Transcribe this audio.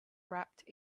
wrapped